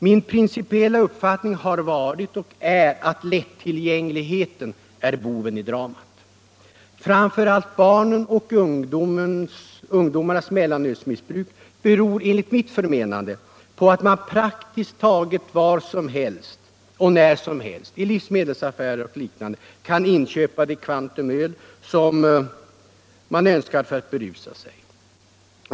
Min principiella uppfattning har varit och är att lätttillgängligheten är boven i dramat. Framför allt barnens och ungdomarnas mellanölsmissbruk beror, enligt mitt förmenande, på att man praktiskt taget var som helst och när som helst — i livsmedelsaffärer o. d. — kan inköpa det kvantum öl man önskar för att berusa sig.